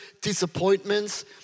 disappointments